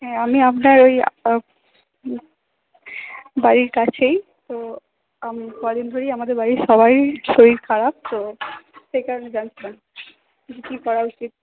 হ্যাঁ আমি আপনার ওই বাড়ির কাছেই তো আমি কদিন ধরেই আমাদের বাড়ির সবাইর শরীর খারাপ তো সেই কারণে জানছিলাম কি করা উচিত